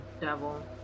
devil